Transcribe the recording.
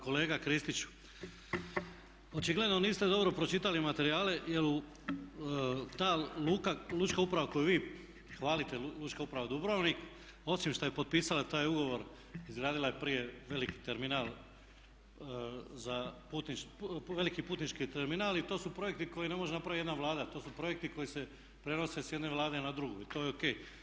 Kolega Kristić očigledno niste dobro pročitali materijale jer ta lučka uprava koju vi hvalite, Lučka uprava Dubrovnik, osim što je potpisala taj ugovor izgradila je prije veliki putnički terminal i to su projekti koje ne može napraviti jedna Vlada, to su projekti koji se prenose s jedne Vlade na drugu i to je ok.